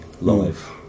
live